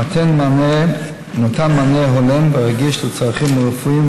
ומתן מענה הולם ורגיש לצרכים הרפואיים